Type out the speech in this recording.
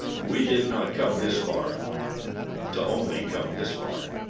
we did not come this far to only come this far.